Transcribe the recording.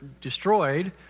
destroyed